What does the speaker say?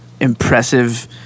impressive